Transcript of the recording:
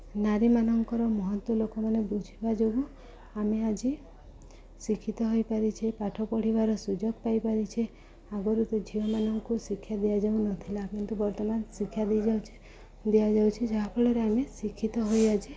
ନାରୀମାନଙ୍କର ମହତ୍ଵ ଲୋକମାନେ ବୁଝିବା ଯୋଗୁଁ ଆମେ ଆଜି ଶିକ୍ଷିତ ହୋଇପାରିଛେ ପାଠ ପଢ଼ିବାର ସୁଯୋଗ ପାଇପାରିଛେ ଆଗରୁ ତ ଝିଅମାନଙ୍କୁ ଶିକ୍ଷା ଦିଆଯାଉନଥିଲା କିନ୍ତୁ ବର୍ତ୍ତମାନ ଶିକ୍ଷା ଦେଇଯାଉଛି ଦିଆଯାଉଛି ଯାହା ଫଳରେ ଆମେ ଶିକ୍ଷିତ ହୋଇ ଆଜି